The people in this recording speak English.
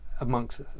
amongst